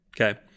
okay